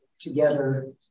together